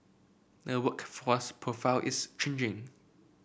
the workforce profile is changing